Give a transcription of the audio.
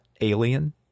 alien